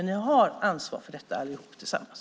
Ni har ansvar för detta allihop tillsammans.